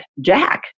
Jack